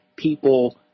People